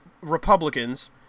Republicans